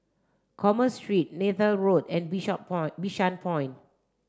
Commerce Street Neythal Road and Point Bishan Point